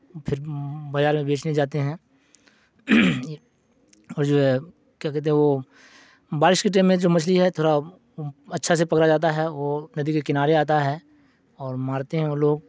پھر بازار میں بیچنے جاتے ہیں اور جو ہے کیا کہتے ہیں وہ بارش کے ٹائم میں جو مچھلی ہے تھوڑا اچھا سے پکڑا جاتا ہے وہ ندی کے کنارے آتا ہے اور مارتے ہیں وہ لوگ